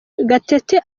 gatete